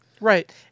Right